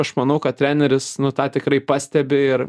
aš manau kad treneris nu tą tikrai pastebi ir